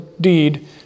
deed